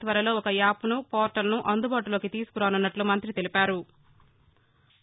త్వరలో ఓ యాప్ను పోర్టల్ను అందుబాటులోకి తీసుకురానున్నట్లు మంగ్రి తెలిపారు